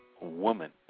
Woman